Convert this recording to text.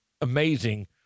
amazing